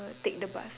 err take the bus